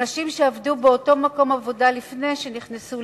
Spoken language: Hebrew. ונשים שעבדו באותו מקום עבודה לפני שנכנסו